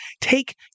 take